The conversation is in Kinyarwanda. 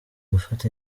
gufata